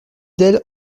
d’elle